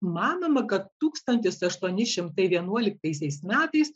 manoma kad tūkstantis aštuoni šimtai vienuoliktaisiais metais